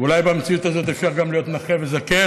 אולי במציאות הזאת אפשר גם להיות נכה וזקן,